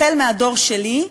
החל מהדור שלי,